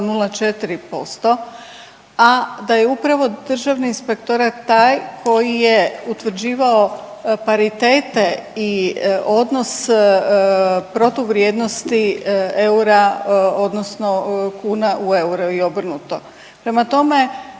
0,4%, a da je upravo državni inspektorat taj koji je utvrđivao paritete i odnos protuvrijednosti eura odnosno kuna u euro i obrnuto. Prema tome,